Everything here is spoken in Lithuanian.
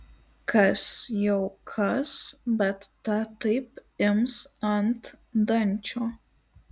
kas jau kas bet ta taip ims ant dančio